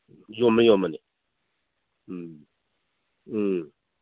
ꯌꯣꯟꯕꯅꯤ ꯌꯣꯟꯕꯅꯤ ꯎꯝ ꯎꯝ